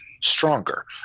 stronger